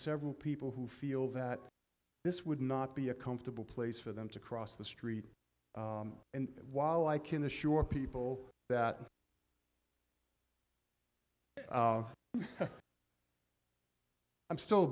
several people who feel that this would not be a comfortable place for them to cross the street and while i can assure people that i'm still